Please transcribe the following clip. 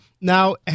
now